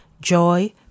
joy